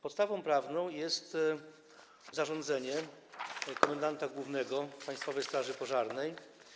Podstawą prawną jest zarządzenie komendanta głównego Państwowej Straży Pożarnej.